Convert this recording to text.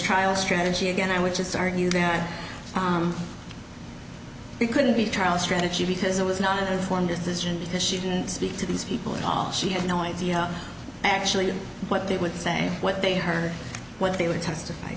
trial strategy again i would just argue that we couldn't be trial strategy because it was not one decision because she didn't speak to these people at all she had no idea actually what they would say what they heard what they were testify